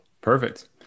Perfect